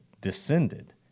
descended